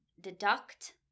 deduct